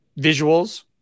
visuals